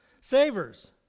Savers